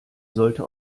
sollte